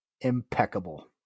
impeccable